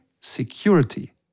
security